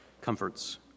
comforts